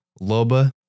Loba